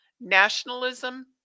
nationalism